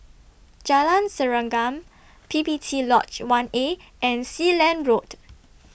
Jalan Serengam P P T Lodge one A and Sealand Road